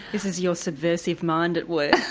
this is your subversive mind at work,